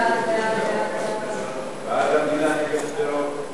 ההצעה להעביר את הצעת חוק שלילת תשלומים